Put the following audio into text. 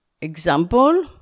example